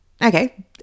okay